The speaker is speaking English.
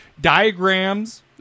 diagrams